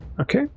Okay